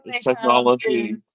technology